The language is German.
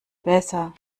besser